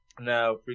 now